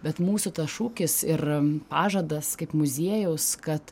bet mūsų šūkis ir pažadas kaip muziejaus kad